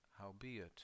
Howbeit